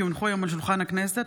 כי הונחו היום על שולחן הכנסת,